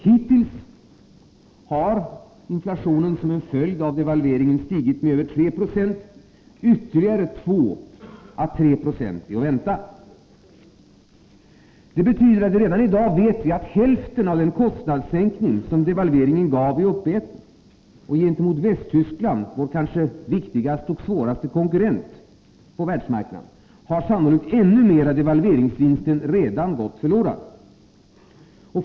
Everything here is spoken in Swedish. Hittills har inflationen som en följd av devalveringen stigit med över 3 9, och ytterligare 2-3 9 är att vänta. Det betyder att vi redan i dag vet att hälften av den kostnadssänkning som devalveringen gav nu är uppäten. Gentemot Västtyskland, vår kanske viktigaste och svåraste konkurrent på världsmarknaden, har sannolikt än mer av devalveringsvinsten gått förlorad.